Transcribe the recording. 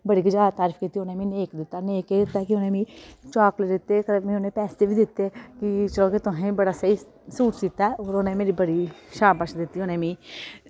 बड़ी गै जैदा तरीफ कीती उनैं मि नेक दित्ता नेक केह् दित्ता कि उनैं मिगी चाकलेट दित्ते कन्नै मि उनैं पैसे बी दित्ते कि चलो कि तुसैं बड़ा स्हेई सूट सीह्ता और उनैं मेरी बड़ी शाबाश दित्ती उनैं मिगी